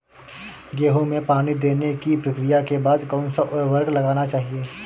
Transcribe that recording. गेहूँ में पानी देने की प्रक्रिया के बाद कौन सा उर्वरक लगाना चाहिए?